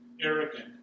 arrogant